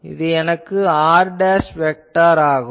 இது எனது r vector ஆகும்